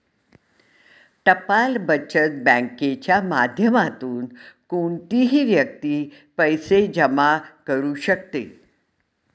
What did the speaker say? टपाल बचत बँकेच्या माध्यमातून कोणतीही व्यक्ती पैसे जमा करू शकते